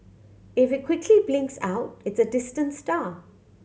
if it quickly blinks out it's a distant star